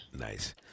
Nice